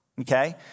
okay